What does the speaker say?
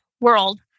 world